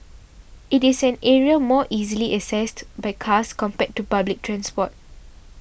it is an area more easily accessed by cars compared to public transport